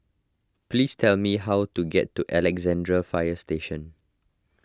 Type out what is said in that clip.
please tell me how to get to Alexandra Fire Station